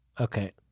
okay